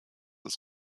ist